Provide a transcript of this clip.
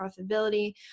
profitability